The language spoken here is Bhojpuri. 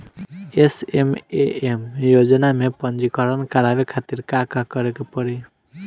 एस.एम.ए.एम योजना में पंजीकरण करावे खातिर का का करे के पड़ी?